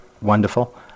wonderful